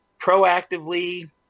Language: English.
proactively